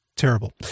terrible